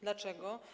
Dlaczego?